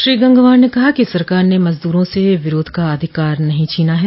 श्री गंगवार ने कहा कि सरकार ने मजदूरों से विरोध का अधिकार नहीं छीना है